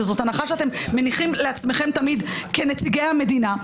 שזאת הנחה שאתם מניחים לעצמכם תמיד כנציגי המדינה,